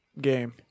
game